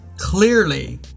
Clearly